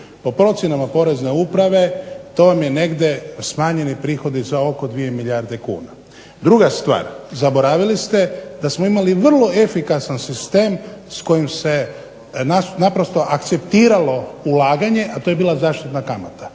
Po procjenama Porezna uprave to vam je negdje smanjeni prihodi za oko 2 milijarde kuna. Druga stvar, zaboravili ste da smo imali vrlo efikasan sistem s kojim se naprosto akceptiralo ulaganje, a to je bila zaštitna kamata.